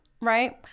right